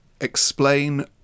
explain